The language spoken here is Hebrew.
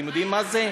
אתם יודעים מה זה?